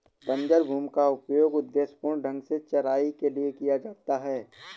बंजर भूमि का उपयोग उद्देश्यपूर्ण ढंग से चराई के लिए किया जा सकता है